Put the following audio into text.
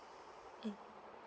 mm